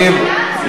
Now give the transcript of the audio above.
תגיד לו